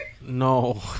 no